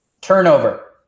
turnover